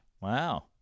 Wow